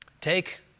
Take